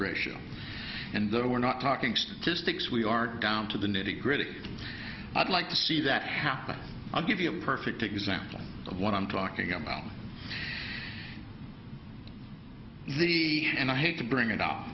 ratio and though we're not talking statistics we are down to the nitty gritty i'd like to see that happen i'll give you a perfect example of what i'm talking about the and i hate to bring it up